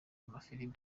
amafilimi